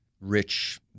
rich